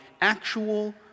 actual